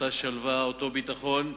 אותה שלווה, אותו ביטחון,